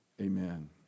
amen